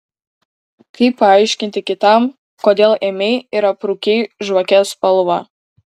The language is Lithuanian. kaip paaiškinti kitam kodėl ėmei ir aprūkei žvake spalvą